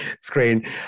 screen